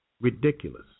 Ridiculous